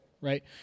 Right